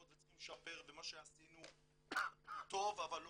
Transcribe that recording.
וצריכים לשפר ומה שעשינו הוא טוב אבל לא